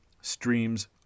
streams